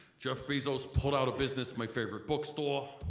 jeff bezos pulled out of business my favorite bookstore,